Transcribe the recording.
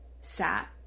sat